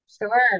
Sure